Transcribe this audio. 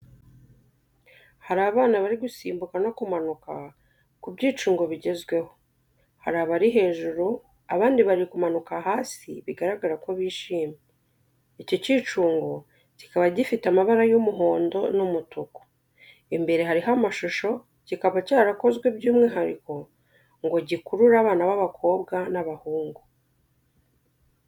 Hari abana bari gusimbuka no kumanuka ku byicungo bigezweho. Hari abari hejuru, abandi bari kumanuka hasi biragaragara ko bishimye, iki cyicungo kikaba gifite amabara y'umuhondo n'umutuku. Imbere hariho amashusho kiba cyarakozwe by'umwihariko ngo gikurure abana b’abakobwa n’abahungu.